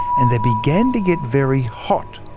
and they began to get very hot.